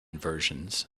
versions